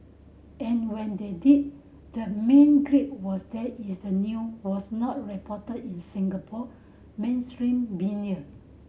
and when they did the main gripe was that is the new was not reported in Singapore mainstream media